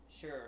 Sure